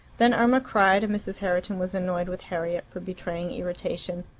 then irma cried, and mrs. herriton was annoyed with harriet for betraying irritation.